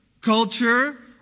culture